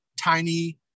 tiny